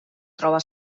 troba